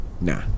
Nah